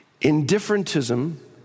Indifferentism